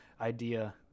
idea